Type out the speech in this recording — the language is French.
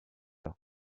leur